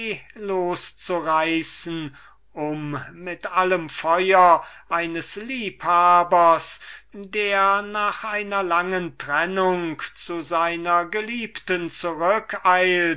loszureißen um mit dem feuer eines liebhabers der nach einer langen trennung zu seiner geliebten